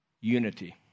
Unity